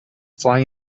fly